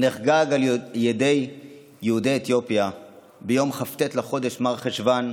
הנחגג על ידי יהודי אתיופיה ביום כ"ט לחודש מרחשוון,